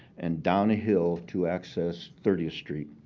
and down a hill to access thirtieth street.